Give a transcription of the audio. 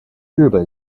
日本